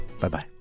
bye-bye